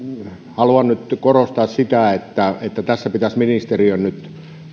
haluan korostaa sitä että että tässä pitäisi ministeriön nyt